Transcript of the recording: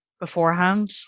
beforehand